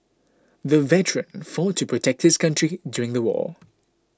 the veteran fought to protect his country during the war